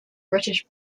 british